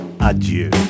adieu